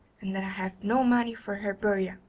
and that i have no money for her burial.